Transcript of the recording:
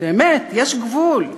באמת, יש גבול.